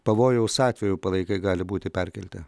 pavojaus atveju palaikai gali būti perkelti